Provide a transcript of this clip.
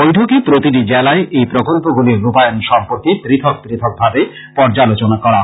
বৈঠকে প্রতিটি জেলায় এই প্রকল্পগুলির রূপায়ণ সম্পর্কে পৃথক পথকভাবে পর্যালোচনা করা হয়